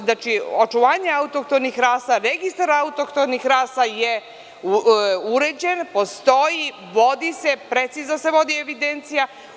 Znači, očuvanje autohtonih rasa, registar autohtonih rasa je uređen, postoji, vodi se, precizno se vodi evidencija.